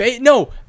No